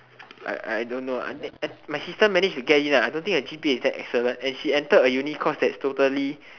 I I I don't know my sister manage to get in lah and I don't think her g_p_a is very excellent and she entered a uni course that's totally